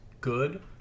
good